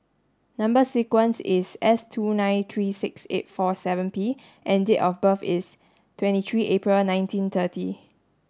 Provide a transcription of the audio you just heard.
number sequence is S two nine three six eight four seven P and date of birth is twenty three April nineteen thirty